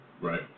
Right